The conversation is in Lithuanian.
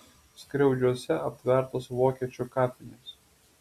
skriaudžiuose aptvertos vokiečių kapinės